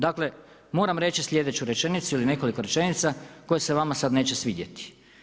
Dakle, moram reći sljedeću rečenicu ili nekoliko rečenica koje se vama sada neće svidjeti.